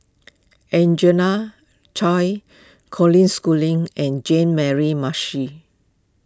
Angena Choy Colin Schooling and Jean Mary Marshall